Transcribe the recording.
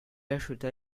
acheta